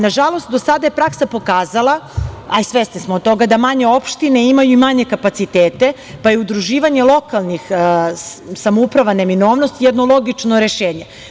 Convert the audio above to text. Nažalost, do sada je praksa pokazala, a i svesni smo toga, da manje opštine imaju i manje kapacitete pa je udruživanje lokalnih samouprava neminovnost jedno logično rešenje.